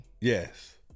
Yes